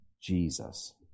Jesus